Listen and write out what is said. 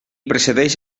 precedeix